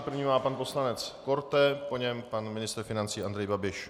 První má pan poslanec Korte, po něm pan ministr financí Andrej Babiš.